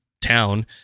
town